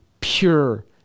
pure